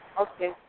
Okay